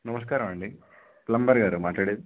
నమస్కారమండి ప్లంబర్ గారా మాట్లాడేది